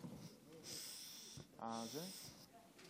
בבקשה,